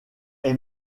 est